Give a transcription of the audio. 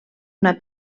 una